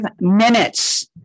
minutes